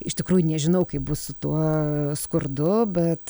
iš tikrųjų nežinau kaip bus su tuo skurdu bet